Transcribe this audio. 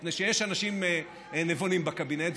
מפני שיש אנשים נבונים בקבינט,